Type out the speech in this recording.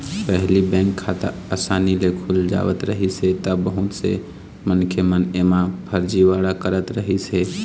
पहिली बेंक खाता असानी ले खुल जावत रहिस हे त बहुत से मनखे मन एमा फरजीवाड़ा करत रहिस हे